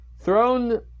Throne